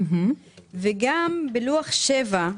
וגם בלוח שבע,